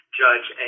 judge